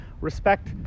respect